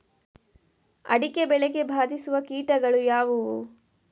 ಅಡಿಕೆ ಬೆಳೆಗೆ ಬಾಧಿಸುವ ಕೀಟಗಳು ಯಾವುವು?